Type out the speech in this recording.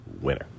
winner